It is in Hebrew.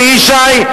אלי ישי,